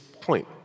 point